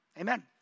amen